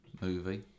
movie